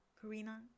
Karina